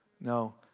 No